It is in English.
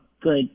good